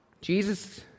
Jesus